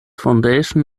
foundation